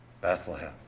Bethlehem